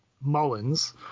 Mullins